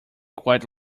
quite